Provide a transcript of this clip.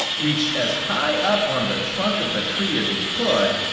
reached as high up on the trunk of the tree as he could,